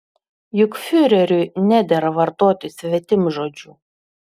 juk fiureriui nedera vartoti svetimžodžių